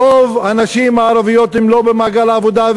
רוב הנשים הערביות הן לא במעגל העבודה,